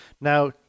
Now